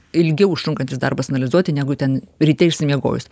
ilgiau užtrunkantis darbas analizuoti negu ten ryte išsimiegojus